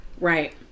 Right